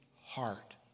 heart